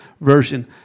version